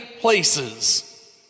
places